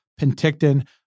Penticton